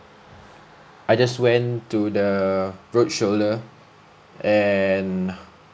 I just went to the road shoulder and